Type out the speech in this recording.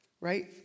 Right